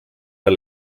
der